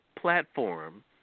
platform